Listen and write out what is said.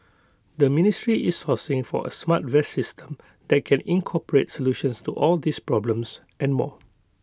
the ministry is sourcing for A smart vest system that can incorporate solutions to all these problems and more